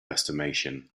estimation